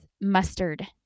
mustard